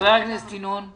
חבר הכנסת ינון.